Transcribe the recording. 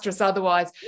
otherwise